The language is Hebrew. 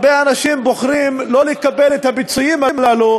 בוחרים לא לקבל את הפיצויים הללו,